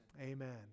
Amen